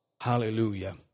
Hallelujah